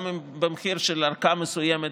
גם במחיר של ארכה מסוימת